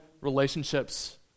relationships